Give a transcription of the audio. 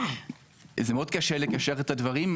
זה מאוד קשה לקשר בין הדברים,